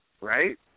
right